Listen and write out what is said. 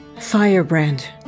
Firebrand